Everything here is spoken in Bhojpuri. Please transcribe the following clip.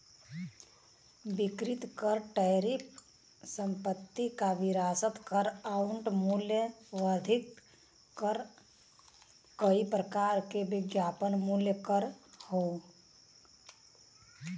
बिक्री कर टैरिफ संपत्ति कर विरासत कर आउर मूल्य वर्धित कर कई प्रकार के विज्ञापन मूल्य कर हौ